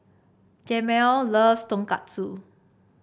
Jamel loves Tonkatsu